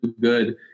good